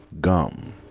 Gum